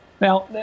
Now